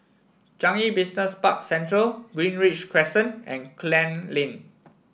Changi Business Park Central Greenridge Crescent and Klang Lane